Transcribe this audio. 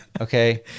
okay